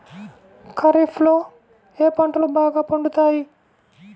ఖరీఫ్లో ఏ పంటలు బాగా పండుతాయి?